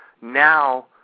now